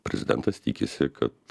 prezidentas tikisi kad